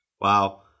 Wow